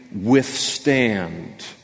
withstand